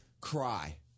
Cry